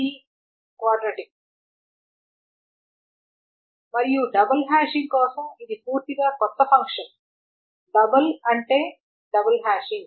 మీరు దీనిని అని వ్రాయవచ్చు మరియు డబుల్ హాషింగ్ కోసం ఇది పూర్తిగా కొత్త ఫంక్షన్ డబుల్ అంటే డబుల్ హ్యాషింగ్